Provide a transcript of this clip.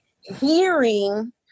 hearing